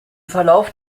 verlauf